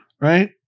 Right